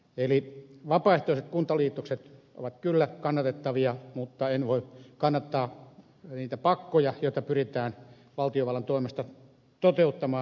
eli vapaaehtoiset kuntaliitokset ovat kyllä kannatettavia mutta en voi kannattaa niitä pakkoja joita pyritään valtiovallan toimesta toteuttamaan